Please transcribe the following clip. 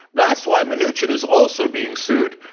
that's why um mnuchin is also being sued,